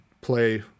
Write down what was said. play